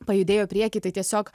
pajudėjo į priekį tai tiesiog